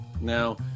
Now